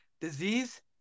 Disease